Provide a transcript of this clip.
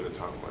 ah time with